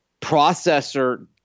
processor